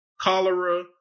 cholera